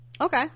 Okay